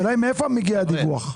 השאלה היא מאיפה מגיע הדיווח?